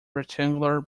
rectangular